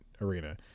arena